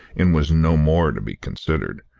and was no more to be considered.